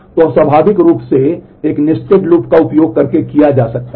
तो वह स्वाभाविक रूप से एक नेस्टेड लूप है